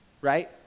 right